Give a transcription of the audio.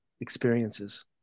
experiences